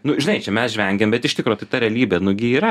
nu žinai čia mes žvengiam bet iš tikro tai ta realybė nu gi yra